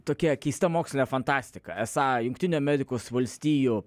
tokia keista mokslinė fantastika esą jungtinių amerikos valstijų